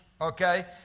okay